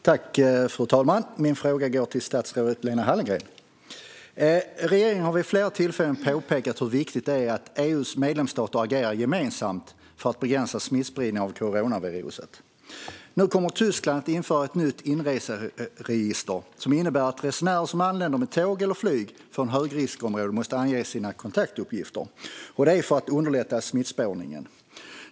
Fru talman! Min fråga går till statsrådet Lena Hallengren. Regeringen har vid flera tillfällen påpekat hur viktigt det är att EU:s medlemsstater agerar gemensamt för att begränsa smittspridning av coronaviruset. Tyskland kommer nu att införa ett nytt inreseregister som innebär att resenärer som anländer med tåg eller flyg från högriskområden måste ange sina kontaktuppgifter för att underlätta smittspårningen.